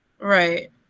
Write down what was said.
right